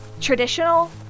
traditional